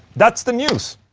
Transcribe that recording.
that's the news.